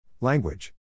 Language